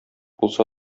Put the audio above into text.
булса